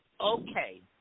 okay